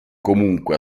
comunque